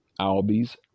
Albies